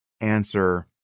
answer